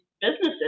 businesses